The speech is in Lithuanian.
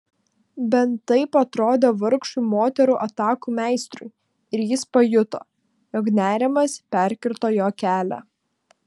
bent taip atrodė vargšui moterų atakų meistrui ir jis pajuto jog nerimas perkirto jo kelią